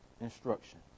Instruction